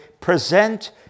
present